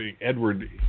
Edward